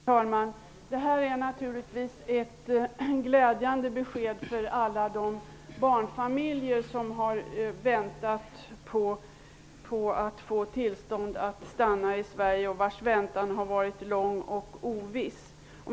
Herr talman! Det här är naturligtvis ett glädjande besked för alla de barnfamiljer som har väntat på att få tillstånd att stanna i Sverige och vilkas väntan har varit lång och oviss.